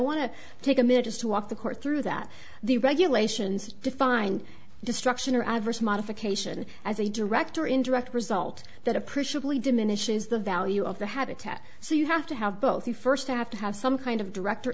want to take a minute just to walk the court through that the regulations define destruction or adverse modification as a direct or indirect result that appreciably diminishes the value of the habitat so you have to have both you first have to have some kind of direct or